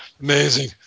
amazing